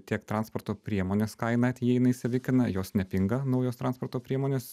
tiek transporto priemonės kaina įeina į savilkainą jos nepinga naujos transporto priemonės